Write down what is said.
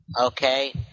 Okay